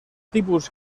tipus